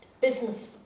business